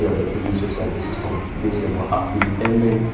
you know the producer said, this is kind of we need a more upbeat ending.